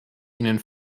ihnen